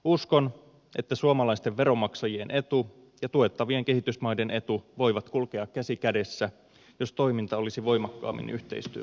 uskon että suomalaisten veronmaksajien etu ja tuettavien kehitysmaiden etu voivat kulkea käsi kädessä jos toiminta olisi voimakkaammin yhteistyöpohjaista